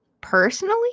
personally